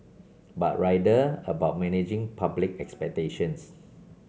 but rather about managing public expectations